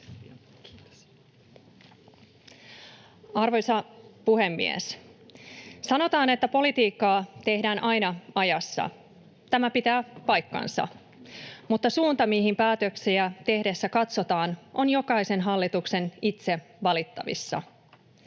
Arvoisa puhemies! Sanotaan, että politiikkaa tehdään aina ajassa. Tämä pitää paikkansa, mutta suunta, mihin päätöksiä tehdessä katsotaan, on jokaisen hallituksen itse valittavissa.